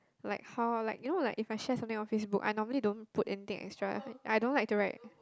like how like you know like if I share something on Facebook I normally don't put anything extra I don't like to write